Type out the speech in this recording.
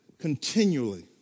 continually